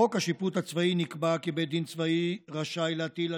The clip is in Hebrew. בחוק השיפוט הצבאי נקבע כי בית דין צבאי רשאי להטיל על